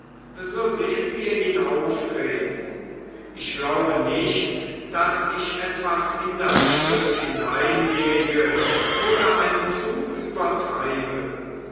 so sehen wir ihn auftreten ich glaube nicht daß ich etwas in das stück hineinlege oder einen zug übertreibe